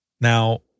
now